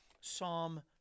Psalm